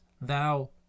thou